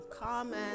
comment